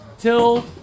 till